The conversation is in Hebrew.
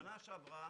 בשנה שעברה